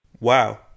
Wow